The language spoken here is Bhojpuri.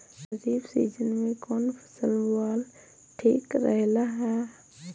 खरीफ़ सीजन में कौन फसल बोअल ठिक रहेला ह?